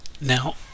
Now